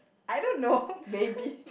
I don't know maybe